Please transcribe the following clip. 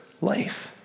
life